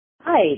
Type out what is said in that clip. Hi